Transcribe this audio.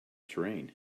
terrain